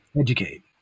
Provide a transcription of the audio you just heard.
educate